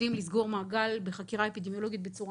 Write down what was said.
יודעים לסגור מעגל בחקירה אפידמיולוגית בצורה